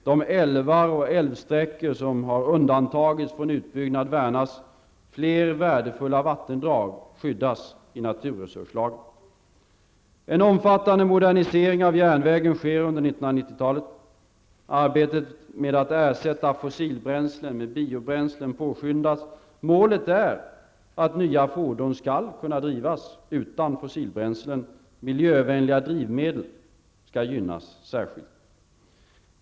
De älvar och älvsträckor som har undantagits från utbyggnad värnas. Fler värdefulla vattendrag skyddas i naturresurslagen. En omfattande modernisering av järnvägen sker under 1990-talet. Arbetet med att ersätta fossilbränslen med biobränslen påskyndas. Målet är att nya fordon skall kunna drivas utan fossilbränslen. Miljövänliga drivmedel skall gynnas särskilt.